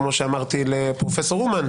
כמו שאמרתי לפרופ' אומן,